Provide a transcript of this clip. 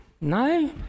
no